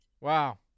Wow